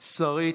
שרית,